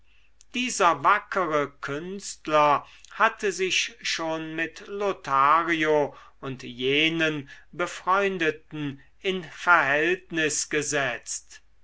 dieser wackere künstler hatte sich schon mit lothario und jenen befreundeten in verhältnis gesetzt